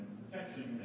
protection